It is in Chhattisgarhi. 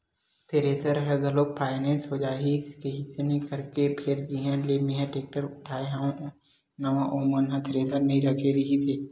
थेरेसर ह घलोक फायनेंस हो जातिस कइसनो करके फेर जिहाँ ले मेंहा टेक्टर उठाय हव नवा ओ मन ह थेरेसर नइ रखे रिहिस हे